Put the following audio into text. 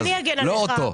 אני אגן עליך,